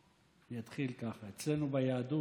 אני אתחיל ככה, אצלנו ביהדות